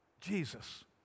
Jesus